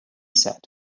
said